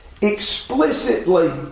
explicitly